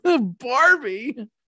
Barbie